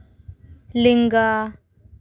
ᱞᱮᱸᱜᱟ